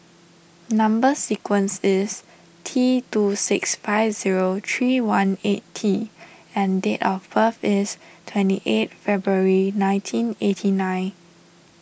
Number Sequence is T two six five zero three one eight T and date of birth is twenty eight February nineteen eighty nine